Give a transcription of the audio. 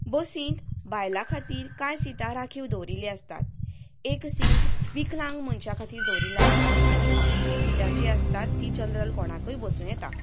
बसीत बायलां खातीर कांय सिटां राखीव दवरिल्ली आसतात एक सीट विकलांग मनशां खातीर दवरिल्लें आसता आनी बाकीची सिटां जी आसतात ती जनरल कोणाकय बसूं येता